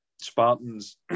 Spartans